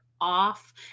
off